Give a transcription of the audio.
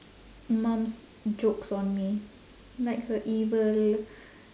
mum's jokes on me like her evil